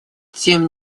тем